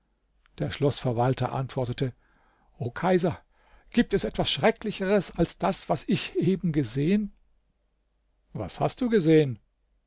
der schloßverwalter antwortete o kaiser gibt es etwas schrecklicheres als das was ich eben gesehen was hast du gesehen